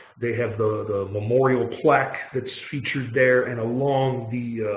they have the memorial plaque that's featured there. and along the